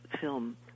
film